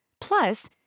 Plus